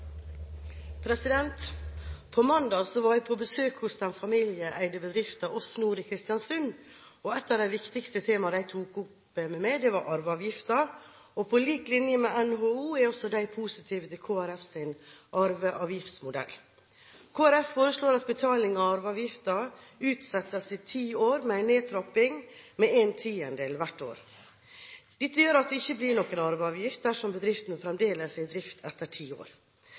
et av de viktigste temaene de tok opp med meg, var arveavgiften. På lik linje med NHO er også de positive til Kristelig Folkepartis arveavgiftsmodell. Kristelig Folkeparti foreslår at betaling av arveavgiften utsettes i ti år, med en nedtrapping med en tiendedel hvert år. Dette gjør at det ikke blir noen arveavgift dersom bedriften fremdeles er i drift etter ti år.